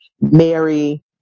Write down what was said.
Mary